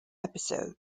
episode